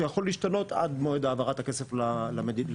שיכול להשתנות עד מועד העברת הכסף לממשלה,